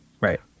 right